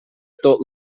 tot